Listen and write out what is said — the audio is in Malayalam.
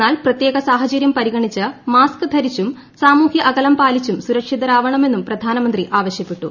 എന്നാൽ പ്രത്യേക സാഹ്ചരൃം പരിഗണിച്ച് മാസ്ക് ധരിച്ചും സാമൂഹൃ അകലം പാലിച്ചും സുരക്ഷിതരാവണമെന്നും പ്രധാനമന്ത്രി ആവശ്യപ്പെട്ടു